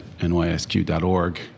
NYSQ.org